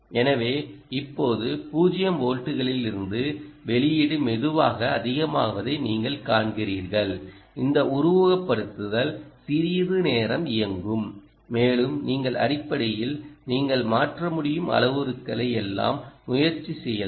எனவே இப்போது 0 வோல்ட்டுகளில் இருந்து வெளியீடு மெதுவாக அதிகமாவதை நீங்கள் காண்கிறீர்கள் இந்த உருவகப்படுத்துதல் சிறிது நேரம் இயங்கும் மேலும் அடிப்படையில் நீங்கள் மாற்ற முடியும் அளவுருக்களை எல்லாவற்றையும் முயற்சி செய்யலாம்